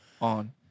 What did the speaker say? on